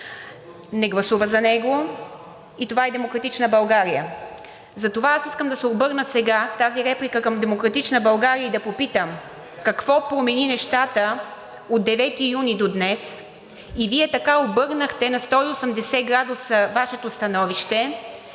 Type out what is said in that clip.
не гласува за него, и това е „Демократична България“. Затова аз искам да се обърна сега с тази реплика към „Демократична България“ и да попитам: какво промени нещата от 9 юни до днес и Вие така обърнахте на 180 градуса Вашето становище,